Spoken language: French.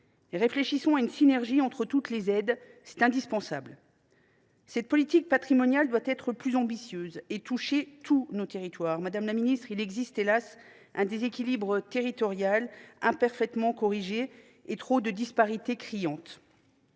Réfléchissons à une synergie entre toutes les aides, c’est indispensable. La politique patrimoniale doit être plus ambitieuse et toucher tous nos territoires. Madame la ministre, il existe, hélas ! un déséquilibre territorial imparfaitement corrigé et il y a trop de disparités criantes.